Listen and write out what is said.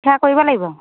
সেয়া কৰিব লাগিব